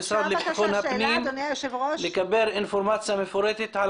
למשרד לביטחון הפנים לקבל אינפורמציה מפורטת על